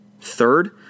Third